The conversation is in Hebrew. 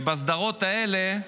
ובסדרות האלה,